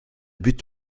but